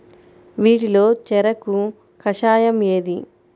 వీటిలో చెరకు కషాయం ఏది?